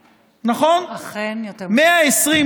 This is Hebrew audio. אכן, יותר מחצי.